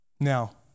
Now